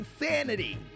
Insanity